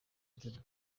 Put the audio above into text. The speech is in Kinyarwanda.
johnny